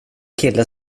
kille